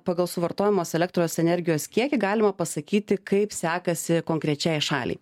pagal suvartojamos elektros energijos kiekį galima pasakyti kaip sekasi konkrečiai šaliai